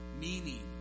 meaning